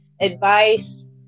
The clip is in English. advice